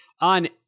on